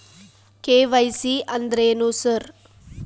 KYC ಅಂದ್ರೇನು sir?